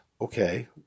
Okay